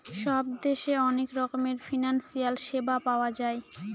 সব দেশে অনেক রকমের ফিনান্সিয়াল সেবা পাওয়া যায়